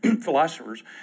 philosophers